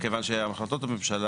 כיוון שהחלטות הממשלה,